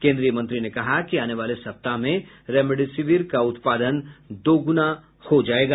केन्द्रीय मंत्री ने कहा कि आने वाले सप्ताह में रेमडेसिविर का उत्पादन दोगुना हो जायेगा